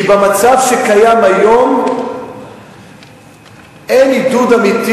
כי במצב שקיים היום אין עידוד אמיתי